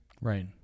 Right